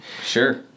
Sure